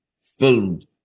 filmed